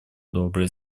добрые